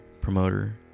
promoter